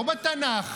לא בתנ"ך,